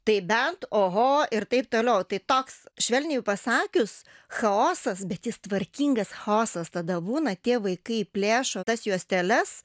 tai bent oho ir taip toliau tai toks švelniai pasakius chaosas bet jis tvarkingas chaosas tada būna tie vaikai plėšo tas juosteles